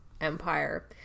empire